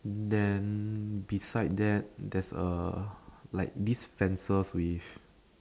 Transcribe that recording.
then beside that there's a like this fences with